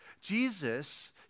Jesus